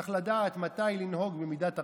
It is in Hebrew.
צריך לדעת מתי לנהוג במידת הרחמים.